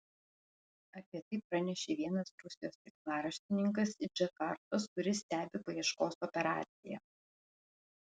apie tai pranešė vienas rusijos tinklaraštininkas iš džakartos kuris stebi paieškos operaciją